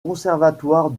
conservatoire